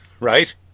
Right